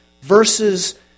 versus